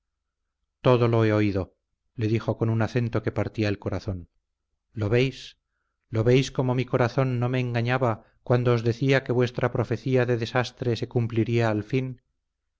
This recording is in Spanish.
todo lo he oído le dijo con un acento que partía el corazón lo veis lo veis como mi corazón no me engañaba cuando os decía que vuestra profecía de desastre se cumpliría al fin